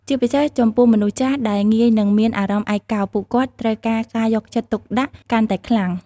ជាពិសេស ចំពោះមនុស្សចាស់ដែលងាយនឹងមានអារម្មណ៍ឯកោ ពួកគាត់ត្រូវការការយកចិត្តទុកដាក់កាន់តែខ្លាំង។